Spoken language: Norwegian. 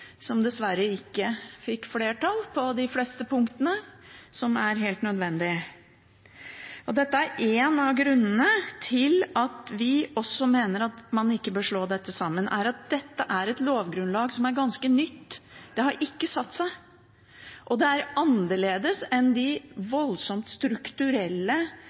som dessverre ikke fikk flertall på de fleste punktene, som er helt nødvendig. Én av grunnene til at vi også mener at man ikke bør slå dette sammen, er at dette er et lovgrunnlag som er ganske nytt. Det har ikke satt seg, og det er annerledes enn de voldsomt strukturelle